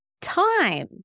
time